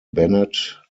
bennett